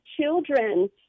children